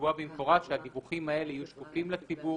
ולקבוע במפורש שהדיווחים האלה יהיו שקופים לציבור